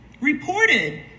reported